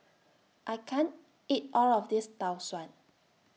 I can't eat All of This Tau Suan